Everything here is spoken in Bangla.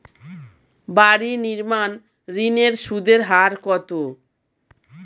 বাড়ি নির্মাণ ঋণের সুদের হার কত?